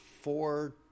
four